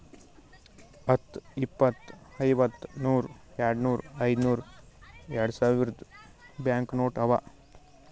ಹತ್ತು, ಇಪ್ಪತ್, ಐವತ್ತ, ನೂರ್, ಯಾಡ್ನೂರ್, ಐಯ್ದನೂರ್, ಯಾಡ್ಸಾವಿರ್ದು ಬ್ಯಾಂಕ್ ನೋಟ್ ಅವಾ